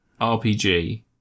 RPG